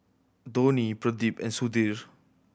Dhoni Pradip and Sudhir